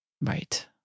Right